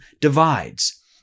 divides